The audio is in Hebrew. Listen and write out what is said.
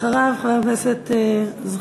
אחריו, חברי הכנסת זחאלקה,